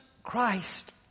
Christ